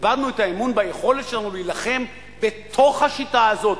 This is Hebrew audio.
איבדנו את האמון ביכולת שלנו להילחם בתוך השיטה הזאת,